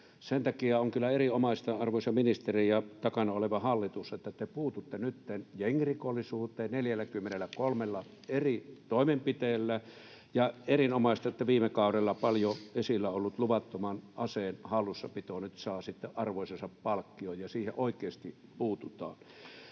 Sen takia on kyllä erinomaista, arvoisa ministeri ja takana oleva hallitus, että te puututte nytten jengirikollisuuteen 43:lla eri toimenpiteellä, ja on erinomaista, että viime kaudella paljon esillä ollut luvattoman aseen hallussapito nyt saa sitten arvoisensa palkkion ja siihen oikeasti puututaan.